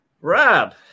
Rob